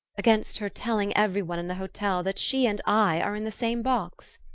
against her telling every one in the hotel that she and i are in the same box.